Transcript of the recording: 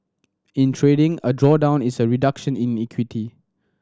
in trading a drawdown is a reduction in equity